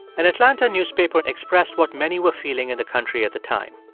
an atlanta newspaper expressed what many were feeling in the country at the time.